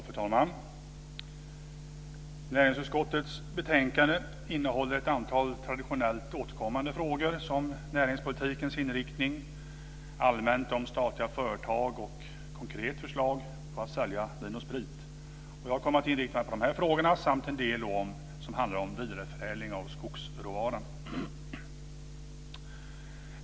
Fru talman! Näringsutskottets betänkande innehåller ett antal traditionellt återkommande frågor som näringspolitikens inriktning, lite allmänt om statliga företag och ett konkret förslag om att sälja Vin & Sprit. Jag kommer att inrikta mig på dessa frågor samt tala en del om vidareförädling av skogsråvara.